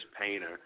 Painter